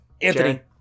Anthony